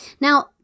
Now